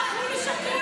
כל היום אכלו לי, שתו לי.